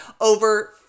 Over